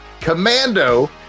Commando